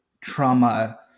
trauma